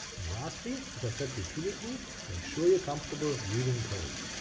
and lastly, as i've said repeatedly, make sure you're comfortable reading code.